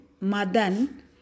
Madan